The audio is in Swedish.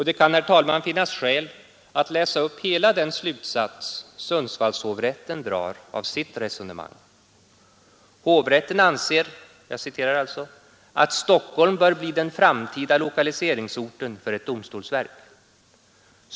Det kan, herr talman, finnas skäl att läsa upp hela den slutsats Sundsvallshovrätten drar av sitt resonemang: ”Hovrätten anser alltså att Stockholm bör bli den framtida lokaliseringsorten för ett domstolsverk.